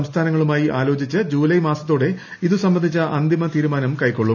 സംസ്ഥാനങ്ങളുമായി ആലോചിച്ച് ജൂലൈ മാസത്തോടെ ഇത് സംബന്ധിച്ചു അന്തിമ തീരുമാനം കൈക്കൊള്ളും